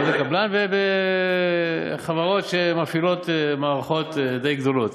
עובדי קבלן ובחברות שמפעילות מערכות די גדולות.